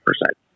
percent